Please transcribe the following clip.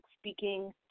speaking